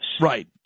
Right